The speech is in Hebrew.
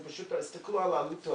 ופשוט הסתכלו על העלות,